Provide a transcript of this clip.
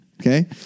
Okay